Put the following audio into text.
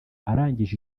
arangije